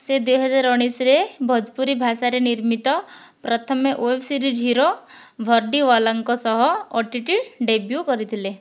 ସେ ଦୁଇହଜାର ଉଣେଇଶରେ ଭୋଜପୁରୀ ଭାଷାରେ ନିର୍ମିତ ପ୍ରଥମେ ୱେବସିରିଜ୍ ହିରୋ ଭଡ଼ିୱାଲାଙ୍କ ସହ ଓ ଟି ଟି ଡେବ୍ୟୁ କରିଥିଲେ